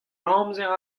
amzer